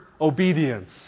obedience